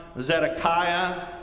Zedekiah